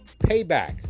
payback